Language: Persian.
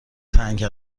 تنگ